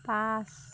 পাঁচ